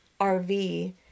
RV